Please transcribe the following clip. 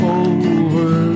over